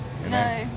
No